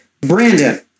Brandon